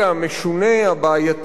הבעייתי והנלוז הזה,